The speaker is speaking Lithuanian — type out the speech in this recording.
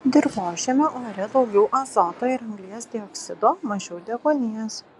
dirvožemio ore daugiau azoto ir anglies dioksido mažiau deguonies